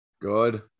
Good